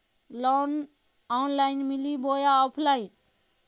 Loan online मिली बोया offline?